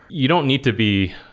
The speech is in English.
you don't need to be,